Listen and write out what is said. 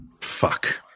fuck